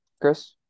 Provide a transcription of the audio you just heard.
Chris